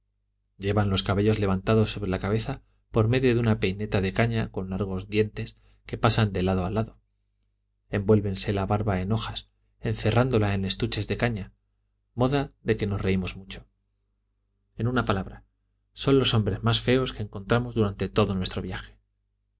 llevan los cabellos levantados sobre la cabeza por medio de una peineta de caña con largos dientes que pasan de lado a lado envuélvense la barba en hojas encerrándola en estuches de caña moda de que nos reimos mucho en una palabra son los hombres más feos que encontramos durante todo nuestro viaje